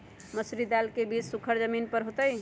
मसूरी दाल के बीज सुखर जमीन पर होतई?